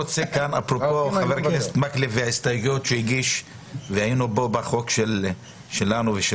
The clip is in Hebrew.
אפרופו חבר הכנסת מקלב וההסתייגויות שהוא הגיש בחוק שלנו ושל